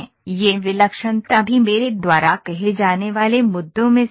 यह विलक्षणता भी मेरे द्वारा कहे जाने वाले मुद्दों में से एक है